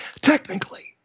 technically